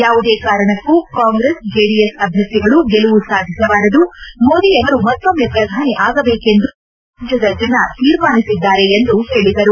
ಯಾವುದೇ ಕಾರಣಕೂ ಕಾಂಗ್ರೆಸ್ ಜೆಡಿಎಸ್ ಆಭ್ವರ್ಥಿಗಳು ಗೆಲುವು ಸಾಧಿಸಬಾರದು ಮೋದಿಯವರು ಮತ್ತೊಮ್ನೆ ಪ್ರಧಾನಿ ಆಗಬೇಕೆಂದು ಈಗಾಗಲೇ ರಾಜ್ಯದ ಜನ ತೀರ್ಮಾನಿಸಿದ್ದಾರೆ ಎಂದು ಹೇಳದರು